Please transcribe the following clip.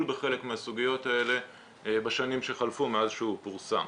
בחלק מהסוגיות האלה בשנים שחלפו מאז שהוא פורסם.